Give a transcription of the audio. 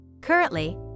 Currently